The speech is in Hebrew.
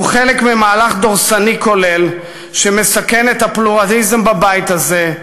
הוא חלק ממהלך דורסני כולל שמסכן את הפלורליזם בבית הזה,